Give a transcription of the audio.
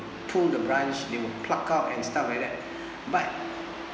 pull the branch they will pluck out and stuff like that but